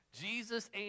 Jesus